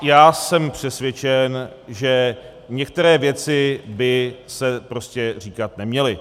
Já jsem přesvědčen, že některé věci by se prostě říkat neměly.